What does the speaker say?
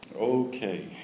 Okay